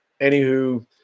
Anywho